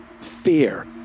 fear